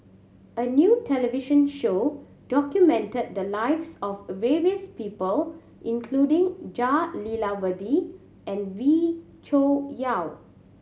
a new television show documented the lives of various people including Jah Lelawati and Wee Cho Yaw